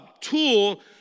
tool